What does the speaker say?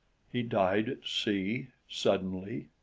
he died at sea, suddenly,